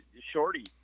shorty